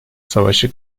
savaşı